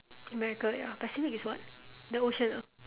america ya pacific is what the ocean ah